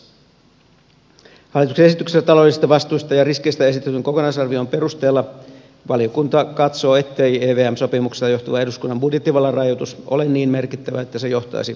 hallituksen esityksessä taloudellisista vastuista ja riskeistä esitetyn kokonaisarvion perusteella valiokunta katsoo ettei evm sopimuksesta johtuva eduskunnan budjettivallan rajoitus ole niin merkittävä että se johtaisi vaikeutettuun säätämisjärjestykseen